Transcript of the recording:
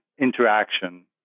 interaction